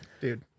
Dude